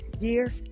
year